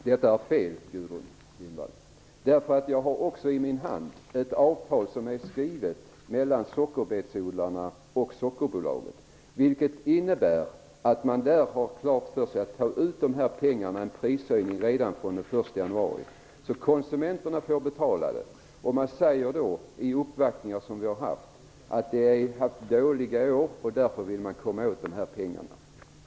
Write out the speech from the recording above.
Fru talman! Detta är fel, Gudrun Lindvall. I min hand har jag ett avtal mellan sockerbetsodlarna och Sockerbolaget. Man har klart för sig att dessa pengar skall tas ut redan från den 1 januari. Det blir en prishöjning. Konsumenterna får betala detta. I uppvaktningar som vi har haft säger man att det har varit dåliga år. Därför vill man komma åt dessa pengar.